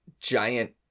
giant